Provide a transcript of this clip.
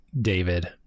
David